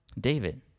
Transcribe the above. David